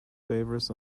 favours